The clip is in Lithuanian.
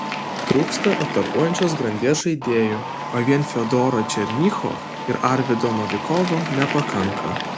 trūksta atakuojančios grandies žaidėjų o vien fiodoro černycho ir arvydo novikovo nepakanka